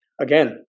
again